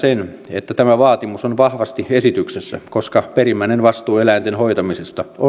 että tämä vaatimus on vahvasti esityksessä koska perimmäinen vastuu eläinten hoitamisesta on